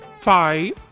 five